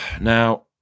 Now